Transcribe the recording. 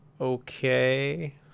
okay